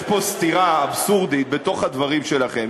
יש פה סתירה אבסורדית בתוך הדברים שלכם.